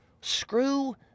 Screw